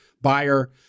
buyer